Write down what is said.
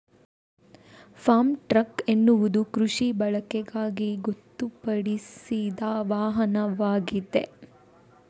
form truck ಎನ್ನುವುದು ಕೃಷಿ ಬಳಕೆಗಾಗಿ ಗೊತ್ತುಪಡಿಸಿದ ವಾಹನವಾಗಿದೆ